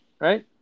Right